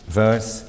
verse